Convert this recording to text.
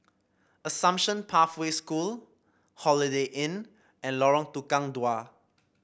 Assumption Pathway School Holiday Inn and Lorong Tukang Dua